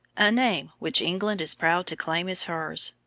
a name which england is proud to claim as hers,